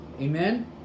Amen